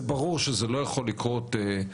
ברור שזה לא יכול לקרות מיד,